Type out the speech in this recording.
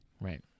Right